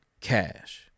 cash